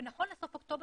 ונכון לסוף אוקטובר,